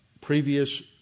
previous